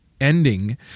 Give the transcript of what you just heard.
ending